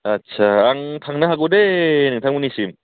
आदसा आं थांनो हागौ दै नोंथांमोननिसिम